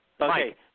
Okay